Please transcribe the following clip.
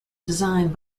designed